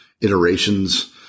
iterations